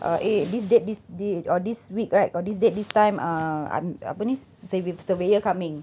uh eh this date this thi~ or this week right got this date this time uh apa ni sur~ surveyor coming